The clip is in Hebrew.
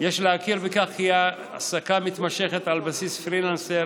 יש להכיר בכך כי העסקה מתמשכת על בסיס פרילנסר